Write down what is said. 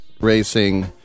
racing